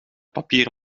papier